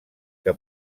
que